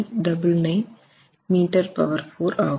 3994m 4 ஆகும்